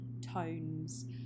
tones